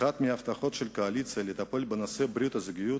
אחת מההבטחות של הקואליציה היא לטפל בנושא ברית הזוגיות,